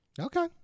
Okay